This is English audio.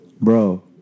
Bro